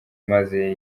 maze